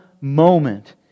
moment